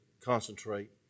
concentrate